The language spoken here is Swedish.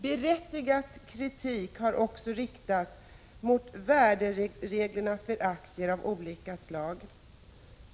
Berättigad kritik har också riktats mot värderingsreglerna för aktier av olika slag.